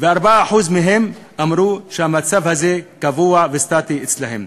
ו-4% מהם אמרו שהמצב הזה קבוע וסטטי אצלם.